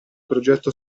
progetto